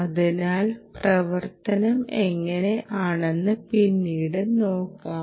അതിന്റെ പ്രവർത്തനം എങ്ങനെ ആണെന്ന് പിന്നീട് കാണാം